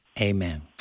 Amen